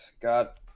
got